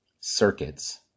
circuits